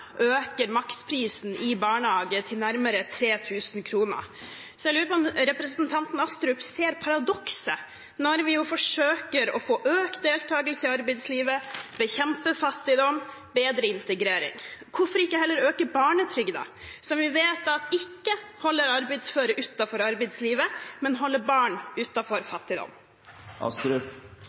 øker maksprisen i barnehage til nærmere 3 000 kr. Jeg lurer på om representanten Astrup ser paradokset, når vi jo forsøker å få økt deltakelse i arbeidslivet, bekjempe fattigdom og få bedre integrering. Hvorfor kan man ikke heller øke barnetrygden, som vi vet ikke holder arbeidsføre utenfor arbeidslivet, men som holder barn